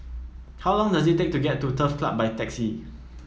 how long does it take to get to Turf Club by taxi